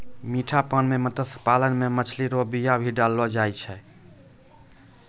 मीठा पानी मे मत्स्य पालन मे मछली रो बीया भी डाललो जाय छै